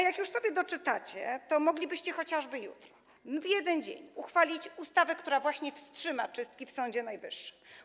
Jak już sobie doczytacie, to moglibyście chociażby jutro, w jeden dzień, uchwalić ustawę, która wstrzyma czystki w Sądzie Najwyższym.